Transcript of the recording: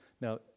Now